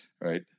right